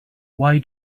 why